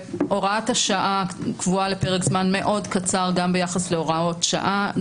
הוראת השעה קבועה לפרק זמן מאוד קצר גם ביחס להוראות שעה.